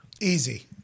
Easy